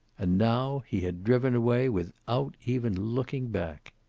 and now he had driven away, without even looking back.